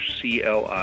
cli